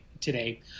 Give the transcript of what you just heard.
today